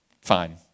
Fine